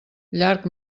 llarg